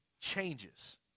changes